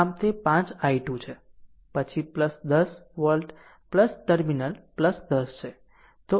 આમ તે 5 i2 છે પછી 10 વોલ્ટ ટર્મિનલ 10 છે